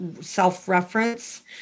self-reference